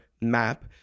map